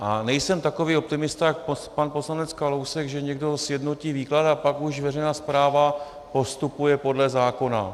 A nejsem takový optimista jako pan poslanec Kalousek, že někdo sjednotí výklad a pak už veřejná správa postupuje podle zákona.